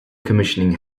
commissioning